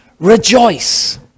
Rejoice